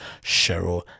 cheryl